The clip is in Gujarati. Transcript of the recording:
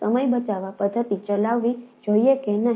સમય બચાવવા પદ્ધતિ ચલાવવી જોઈએ કે નહીં